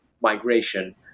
migration